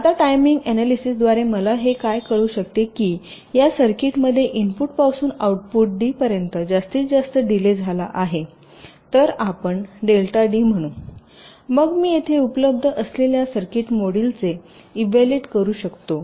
आता timing analysis द्वारे मला हे काय कळू शकते की या सर्किटमध्ये इनपुटपासून आउटपुट डी पर्यंत जास्तीत जास्त डीले झाला आहे तर आपण डेल्टा डी म्हणू मग मी येथे उपलब्ध असलेल्या सर्किट मॉड्यूलचे इव्हॅल्युएट करू शकतो